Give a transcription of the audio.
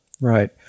Right